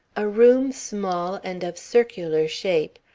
a room small and of circular shape,